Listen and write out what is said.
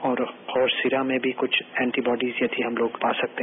और हॉर्सिरा में भी कुछ एंडी बॉडीज यदि हम कुछ पा सकते हैं